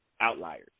outliers